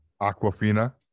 Aquafina